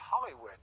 Hollywood